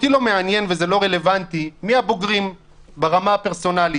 אותי לא מעניין וזה לא רלבנטי מי הבוגרים ברמה הפרסונלית.